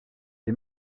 est